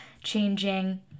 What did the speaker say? changing